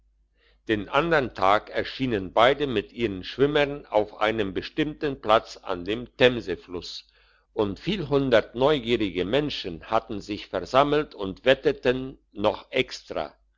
den andern tag erschienen beide mit ihren schwimmern auf einem bestimmten platz an dem themsefluss und viel hundert neugierige menschen hatten sich versammelt und wetteten noch extra